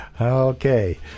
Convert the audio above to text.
Okay